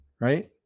right